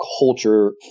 culture